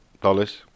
dollars